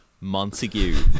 Montague